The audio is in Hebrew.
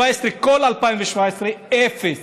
18, ב-2017, כל 2017, אפס.